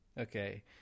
okay